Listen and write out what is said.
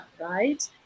right